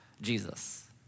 Jesus